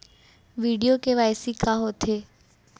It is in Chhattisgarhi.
वीडियो के.वाई.सी का होथे